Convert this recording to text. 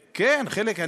כן, חלק.